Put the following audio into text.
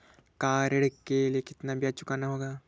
Car ऋण के लिए कितना ब्याज चुकाना होगा?